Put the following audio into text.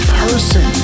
person